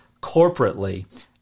corporately